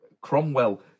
Cromwell